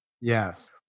Yes